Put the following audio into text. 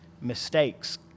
mistakes